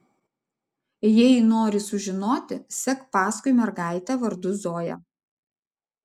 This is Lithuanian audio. jei nori sužinoti sek paskui mergaitę vardu zoja